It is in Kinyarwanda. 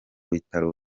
bitaro